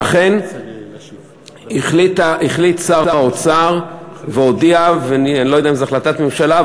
ואכן החליט שר האוצר והודיע אני לא יודע אם זו החלטת ממשלה,